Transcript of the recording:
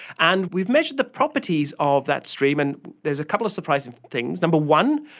and we've measured the properties of that stream and there's a couple of surprising things. number one,